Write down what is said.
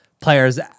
players